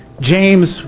James